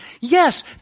Yes